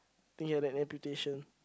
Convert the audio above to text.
think he had an amputation